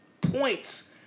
points